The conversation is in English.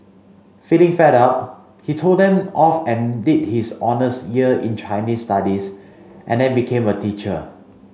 feeling fed up he told them off and did his honours year in Chinese Studies and then became a teacher